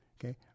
Okay